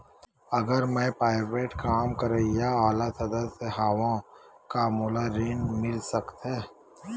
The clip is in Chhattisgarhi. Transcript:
अगर मैं प्राइवेट काम करइया वाला सदस्य हावव का मोला ऋण मिल सकथे?